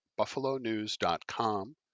buffalonews.com